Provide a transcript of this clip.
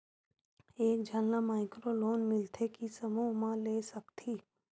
एक झन ला माइक्रो लोन मिलथे कि समूह मा ले सकती?